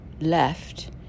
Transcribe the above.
left